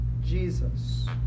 Jesus